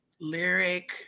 lyric